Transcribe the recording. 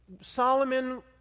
Solomon